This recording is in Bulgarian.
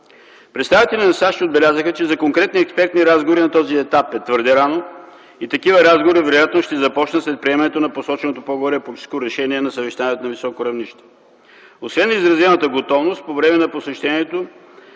Представителите на САЩ отбелязаха, че за конкретни експертни разговори на този етап е твърде рано и такива разговори вероятно ще започнат след приемането на посоченото по-горе политическо решение на Съвещанието на високо равнище. Освен изразената готовност по време на посещението